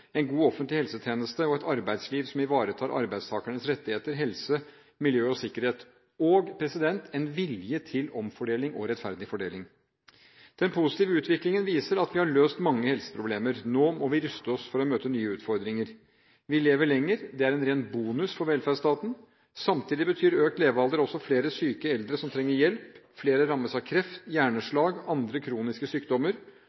en god offentlig helsetjeneneste og et arbeidsliv som ivaretar arbeidstakernes rettigheter, helse, miljø og sikkerhet, og med en vilje til omfordeling og rettferdig fordeling. Den positive utviklingen viser at vi har løst mange helseproblemer. Nå må vi ruste oss for å møte nye utfordringer. Vi lever lenger, og det er en ren bonus for velferdsstaten, men samtidig betyr økt levealder også flere syke eldre som trenger hjelp, og at flere rammes av kreft,